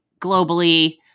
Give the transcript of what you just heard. globally